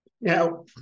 Now